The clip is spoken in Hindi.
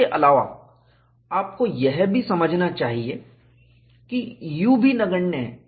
इसके अलावा आपको यह भी समझना चाहिए कि U भी नगण्य है